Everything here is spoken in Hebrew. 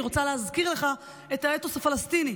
אני רוצה להזכיר לך את האתוס הפלסטיני,